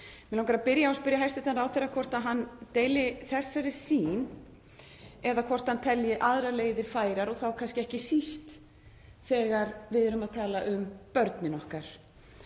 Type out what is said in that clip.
Mig langar að byrja á að spyrja hæstv. ráðherra hvort hann deili þessari sýn eða hvort hann telji aðrar leiðir færar og þá kannski ekki síst þegar við erum að tala um börnin okkar.